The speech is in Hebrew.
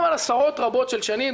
מדברים על עשרות רבות של שנים.